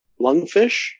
Lungfish